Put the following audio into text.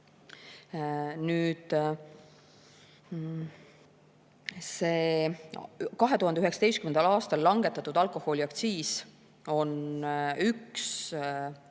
2019. aastal langetatud alkoholiaktsiis on üks